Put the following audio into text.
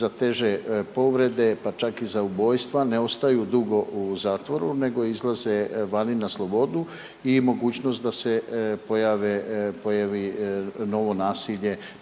za teže povrede pa čak i za ubojstva ne ostaju dugo u zatvoru nego izlaze vani na slobodu i mogućnost da se pojave, pojavi novo nasilje